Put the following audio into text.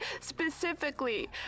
specifically